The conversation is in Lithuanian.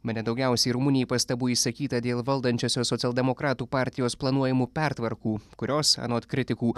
bene daugiausiai rumunijai pastabų išsakyta dėl valdančiosios socialdemokratų partijos planuojamų pertvarkų kurios anot kritikų